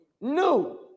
new